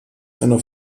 eine